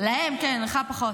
להם כן, לך פחות.